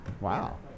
Wow